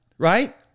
Right